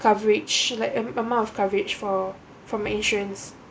coverage like a~ amount of coverage for from your insurance